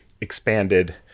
expanded